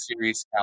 Series